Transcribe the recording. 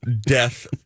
death